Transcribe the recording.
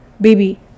Baby